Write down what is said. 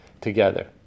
together